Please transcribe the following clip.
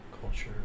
culture